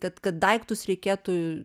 kad kad daiktus reikėtų